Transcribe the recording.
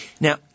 Now